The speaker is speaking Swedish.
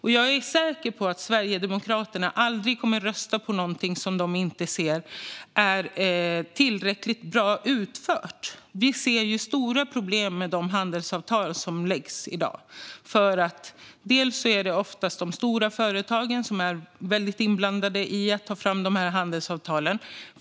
Jag är säker på att Sverigedemokraterna aldrig kommer att rösta för något som de inte ser är tillräckligt bra utfört. Vi ser stora problem med de handelsavtal som läggs fram i dag, och det är oftast stora företag som är inblandade i att ta fram dem.